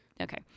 okay